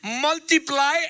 multiply